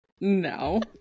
no